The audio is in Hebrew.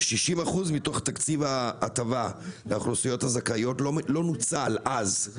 60% מתוך תקציב ההטבה לאוכלוסיות הזכאיות לא נוצל אז,